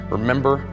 Remember